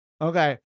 Okay